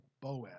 Boaz